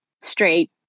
straight